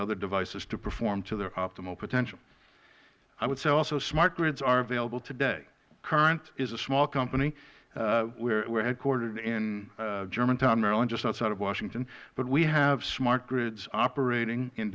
other devices to perform to their optimal potential i would say also smart grids are available today current is a small company we are headquartered in germantown maryland just outside of washington but we have smart grids operating in